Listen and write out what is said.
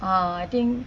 uh I think